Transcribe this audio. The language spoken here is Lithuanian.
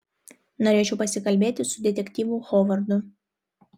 norėčiau pasikalbėti su detektyvu hovardu